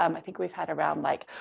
um i think we've had around like,